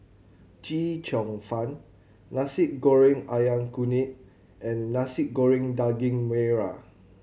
Chee Cheong Fun Nasi Goreng Ayam Kunyit and Nasi Goreng Daging Merah